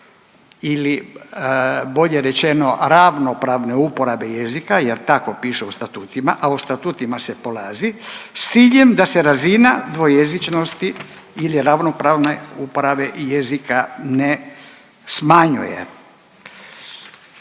ili bolje rečeno ravnopravne uporabe jezika, jer tako piše u statutima, a u statutima se polazi s ciljem da se razina dvojezičnosti ili ravnopravne uporabe jezika ne smanjuje.